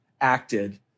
acted